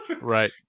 right